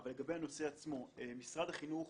אבל לגבי הנושא עצמו, משרד החינוך